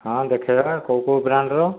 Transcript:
ହଁ ଦେଖାଇବା କେଉଁ କେଉଁ ବ୍ରାଣ୍ଡ୍ର